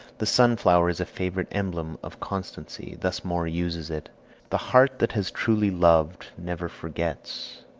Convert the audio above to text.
the sunflower is a favorite emblem of constancy. thus moore uses it the heart that has truly loved never forgets,